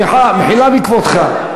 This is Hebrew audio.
סליחה, מחילה מכבודך.